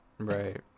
Right